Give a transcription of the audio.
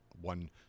one